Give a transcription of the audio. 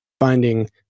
finding